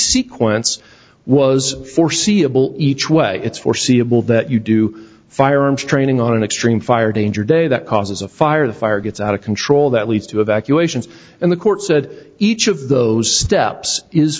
sequence was foreseeable each way it's foreseeable that you do firearms training on an extreme fire danger day that causes a fire the fire gets out of control that leads to evacuations and the court said each of those steps is